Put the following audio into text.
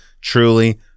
truly